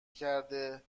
کرده